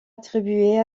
attribuée